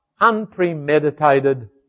unpremeditated